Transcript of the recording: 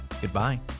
Goodbye